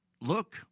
look